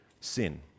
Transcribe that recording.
sin